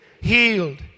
healed